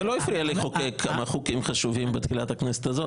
זה לא הפריע לחוקק כמה חוקים חשובים בתחילת הכנסת הזאת.